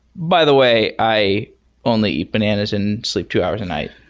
by the way, i only eat bananas and sleep two hours a night.